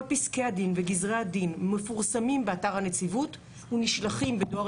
כל פסקי הדין וגזרי הדין מפורסמים באתר הנציבות ונשלחים בדואר